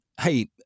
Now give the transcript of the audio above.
hey